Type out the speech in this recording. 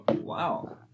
Wow